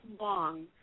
long